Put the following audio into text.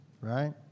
Right